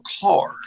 car